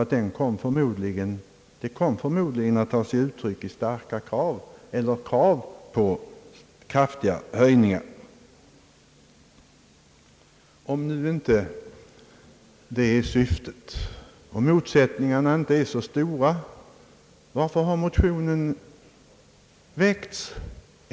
Ty det kommer nog att ges uttryck åt krav på kraftiga höjningar. Om nu inte det är syftet och motsättningarna inte är så stora, varför har då motionerna väckts?